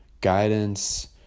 guidance